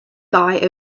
guy